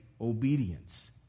obedience